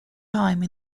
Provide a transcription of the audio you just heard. time